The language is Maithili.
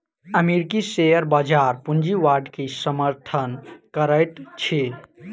अमेरिकी शेयर बजार पूंजीवाद के समर्थन करैत अछि